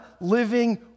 living